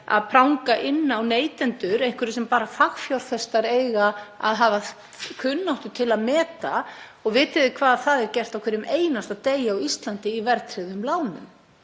að pranga inn á neytendur einhverju sem bara fagfjárfestar eiga að hafa kunnáttu til að meta — vitið þið að það er gert á hverjum einasta degi á Íslandi í verðtryggðum lánum?